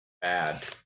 bad